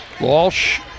Walsh